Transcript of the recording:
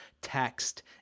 text